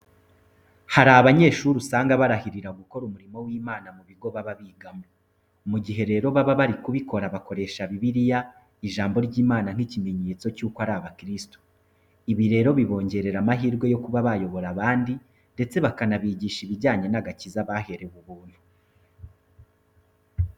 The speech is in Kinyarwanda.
Hari abanyeshuri usanga barahirira gukora umurimo w'Imana mu bigo baba bigamo. Mu gihe rero baba bari kubikora bakoresha Bibiliya ijambo ry'Imana nk'ikimenyetso cyuko ari abakirisito. Ibi rero bibongerera amahirwe yo kuba bayobora abandi ndetse bakanabigisha ibijyanye n'agakiza baherewe ubuntu.